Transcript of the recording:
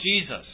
Jesus